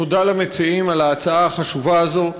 תודה למציעים על ההצעה החשובה הזאת,